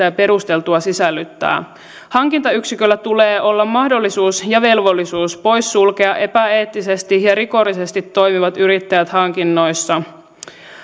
ja perusteltua sisällyttää hankintayksiköllä tulee olla mahdollisuus ja velvollisuus poissulkea epäeettisesti ja rikollisesti toimivat yrittäjät hankinnoissa